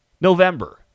November